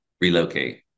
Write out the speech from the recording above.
relocate